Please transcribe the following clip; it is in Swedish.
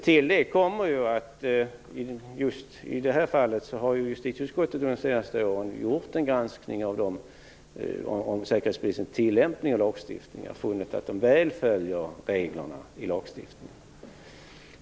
Till det kommer att just i det här fallet har justitieutskottet under de senaste åren gjort en granskning av Säkerhetspolisens tillämpning av lagstiftningen och funnit att den väl följer reglerna i lagstiftningen.